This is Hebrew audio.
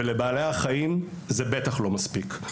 ולבעלי החיים זה בטח לא מספיק.